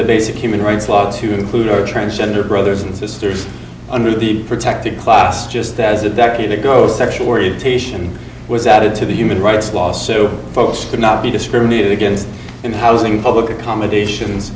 the basic human rights law to include or transgender brothers and sisters under the protected class just as a decade ago as sexual orientation was added to the human rights law so folks could not be discriminated against in housing public accommodations